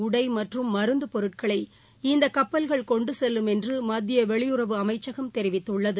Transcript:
உடைமற்றம் மருந்தபொருட்களை இந்தகப்பல்கள் கொண்டுசெல்லும் எ்ன்றுமத்தியவெளியுறவு அமைச்சகம் தெிவித்துள்ளது